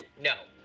No